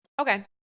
Okay